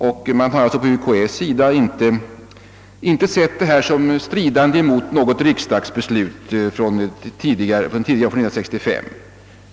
Universitetskanslersämbetet har alltså inte ansett att detta strider emot något riksdagsbeslut från år 1965.